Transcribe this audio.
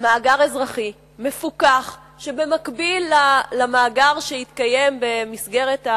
מאגר אזרחי, מפוקח, שבמקביל למאגר שיתקיים במסגרת,